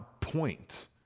point